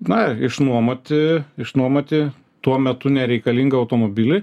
na išnuomoti išnuomoti tuo metu nereikalingą automobilį